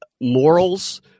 morals